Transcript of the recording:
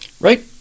right